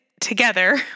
together